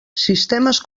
sistemes